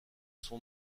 son